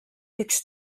üks